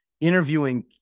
Interviewing